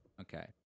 Okay